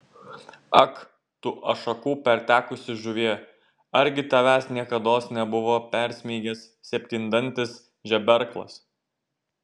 ak tu ašakų pertekusi žuvie argi tavęs niekados nebuvo persmeigęs septyndantis žeberklas